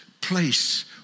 place